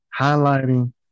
highlighting